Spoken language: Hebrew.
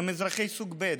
הם אזרחים סוג ב'.